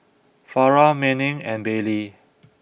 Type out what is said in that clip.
Farrah Manning and Bailey